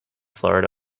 florida